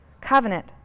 covenant